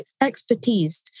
expertise